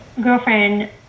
girlfriend